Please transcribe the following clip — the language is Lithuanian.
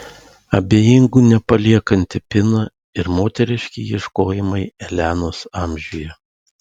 abejingų nepaliekanti pina ir moteriški ieškojimai elenos amžiuje